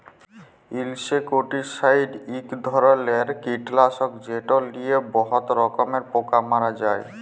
insecticide ইক ধরলের কিটলাসক যেট লিয়ে বহুত রকমের পোকা মারা হ্যয়